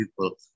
people